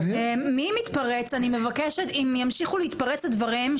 כששואלת אורית, לא רק לגבי הדרישה של